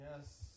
Yes